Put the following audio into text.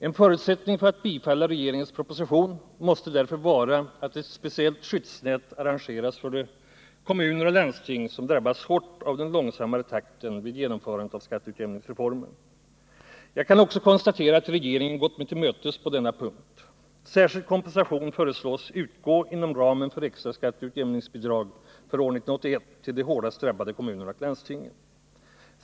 En förutsättning för att bifalla regeringens proposition måste därför vara att ett speciellt skyddsnät arrangeras för de kommuner och landsting som drabbas hårt av den långsammare takten vid genomförandet av skatteutjämningsreformen. Jag kan också konstatera att regeringen gått mig till mötes på denna punkt. Särskild kompensation föreslås utgå inom ramen för extra skatteutjämningsbidrag för år 1981 till de hårdast drabbade kommunerna och landstingen.